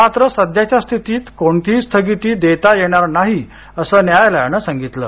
मात्र सध्याच्या स्थितीत कोणतीही स्थगिती देता येणार नाही असं न्यायालयानं सांगितलं